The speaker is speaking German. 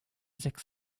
sechs